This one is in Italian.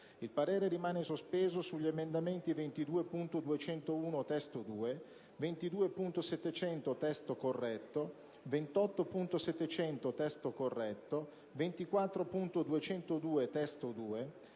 Il parere rimane sospeso sugli emendamenti 22.201 (testo 2), 22.700 (testo corretto), 28.700 (testo corretto), 24.202 (testo